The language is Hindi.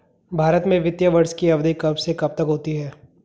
भारत में वित्तीय वर्ष की अवधि कब से कब तक होती है?